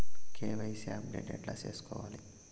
KYC update ఎట్లా సేసుకోవాలి?